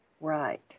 Right